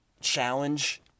challenge